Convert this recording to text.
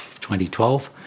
2012